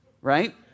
right